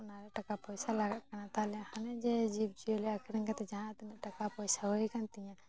ᱚᱱᱟᱜᱮ ᱴᱟᱠᱟ ᱯᱚᱭᱥᱟ ᱞᱟᱜᱟᱜ ᱠᱟᱱᱟ ᱛᱟᱦᱚᱞᱮ ᱦᱟᱱᱮ ᱡᱮ ᱡᱤᱵᱽᱼᱡᱤᱭᱟᱹᱞᱤ ᱟᱹᱠᱷᱨᱤᱧ ᱠᱟᱛᱮᱜ ᱡᱟᱦᱟᱸ ᱛᱤᱱᱟᱹᱜ ᱴᱟᱠᱟ ᱯᱚᱭᱥᱟ ᱦᱩᱭ ᱟᱠᱟᱱ ᱛᱤᱧᱟ